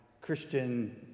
Christian